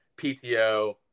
PTO